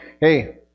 hey